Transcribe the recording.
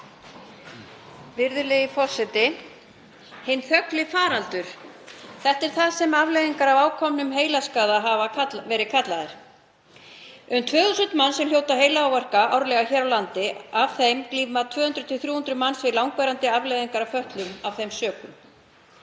Virðulegi forseti. Hinn þögli faraldur. Það hafa afleiðingar af ákomnum heilaskaða verið kallaðar. Um 2.000 manns hljóta heilaáverka árlega hér á landi. Af þeim glíma 200–300 manns við langvarandi afleiðingar og fötlun af þeim sökum.